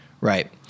right